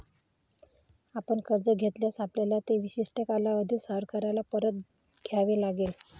आपण कर्ज घेतल्यास, आपल्याला ते विशिष्ट कालावधीत सावकाराला परत द्यावे लागेल